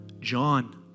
John